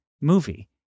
movie